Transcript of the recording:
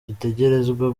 dutegerezwa